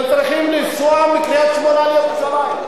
שצריכים לנסוע מקריית-שמונה לירושלים,